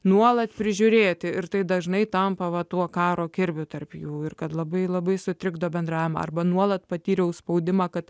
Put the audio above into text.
nuolat prižiūrėti ir tai dažnai tampa tuo karo kirviu tarp jų ir kad labai labai sutrikdo bendram arba nuolat patyriau spaudimą kad